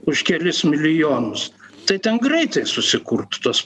už kelis milijonus tai ten greitai susikurtų tos